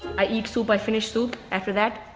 i eat soup, i finish soup. after that,